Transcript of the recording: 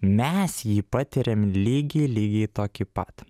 mes jį patiriam lygiai lygiai tokį pat